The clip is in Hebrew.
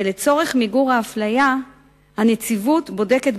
לצורך מיגור האפליה הנציבות בודקת,